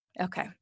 okay